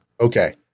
Okay